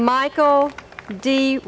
michael d